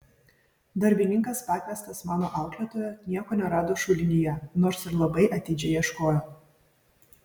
darbininkas pakviestas mano auklėtojo nieko nerado šulinyje nors ir labai atidžiai ieškojo